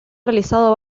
realizado